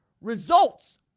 Results